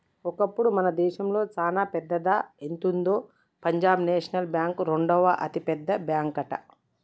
ఒకప్పుడు మన దేశంలోనే చానా పెద్దదా ఎంతుందో పంజాబ్ నేషనల్ బ్యాంక్ రెండవ అతిపెద్ద బ్యాంకట